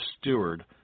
steward